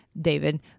david